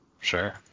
Sure